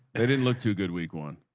they didn't look too good week one.